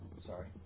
Sorry